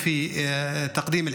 להלן תרגומם:)